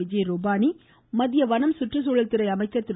விஜய் ருபானி மத்திய வனம் சுற்றுச்சூழல்துறை அமைச்சர் திரு